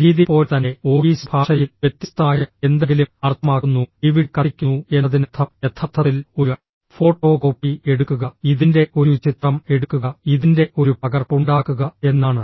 രീതി പോലെ തന്നെ ഓഫീസ് ഭാഷയിൽ വ്യത്യസ്തമായ എന്തെങ്കിലും അർത്ഥമാക്കുന്നു ഡിവിഡി കത്തിക്കുന്നു എന്നതിനർത്ഥം യഥാർത്ഥത്തിൽ ഒരു ഫോട്ടോകോപ്പി എടുക്കുക ഇതിന്റെ ഒരു ചിത്രം എടുക്കുക ഇതിന്റെ ഒരു പകർപ്പ് ഉണ്ടാക്കുക എന്നാണ്